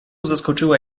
zaskoczyła